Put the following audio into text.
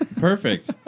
perfect